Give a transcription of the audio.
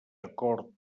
acord